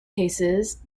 cases